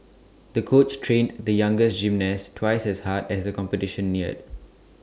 the coach trained the younger gymnast twice as hard as the competition neared